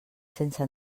sense